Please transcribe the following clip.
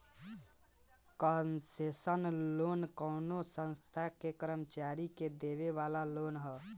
concessional loan कवनो संस्था के कर्मचारी के देवे वाला लोन ह